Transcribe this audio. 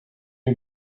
you